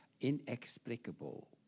inexplicable